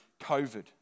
COVID